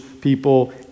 people